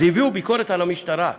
אז הביאו ביקורת על המשטרה.